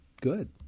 good